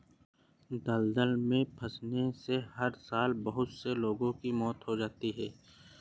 दलदल में फंसने से हर साल बहुत से लोगों की मौत हो जाती है